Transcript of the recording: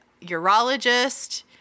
urologist